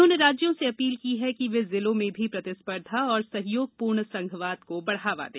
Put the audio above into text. उन्होंने राज्यों से अपील की है कि वे जिलों में भी प्रतिस्पर्धा और सहयोगपूर्ण संघवाद को बढ़ावा दें